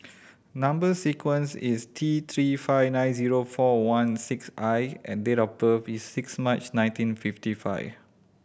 number sequence is T Three five nine zero four one six I and date of birth is six March nineteen fifty five